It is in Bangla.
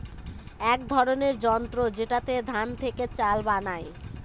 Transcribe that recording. এক ধরনের যন্ত্র যেটাতে ধান থেকে চাল বানায়